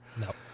No